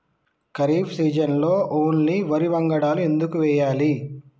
ఖరీఫ్ సీజన్లో ఓన్లీ వరి వంగడాలు ఎందుకు వేయాలి?